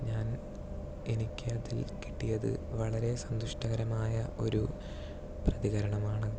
ഞാൻ എനിക്കതിൽ കിട്ടിയത് വളരെ സന്തുഷ്ടകരമായ ഒരു പ്രതികരണമാണ്